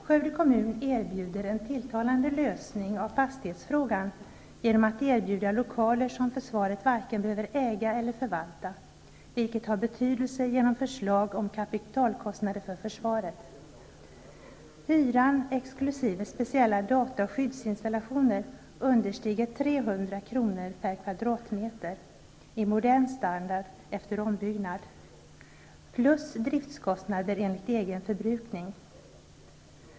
Skövde kommun erbjuder en tilltalande lösning av fastighetsfrågan genom att erbjuda lokaler som försvaret varken behöver äga eller förvalta. Det har betydelse för förslag om kapitalkostnader för försvaret. Hyran, exkl. speciella data och skyddsinstallationer, understiger 300 kr. per kvadratmeter -- i modern standard efter ombyggnad -- plus driftskostnader enligt egen förbrukning.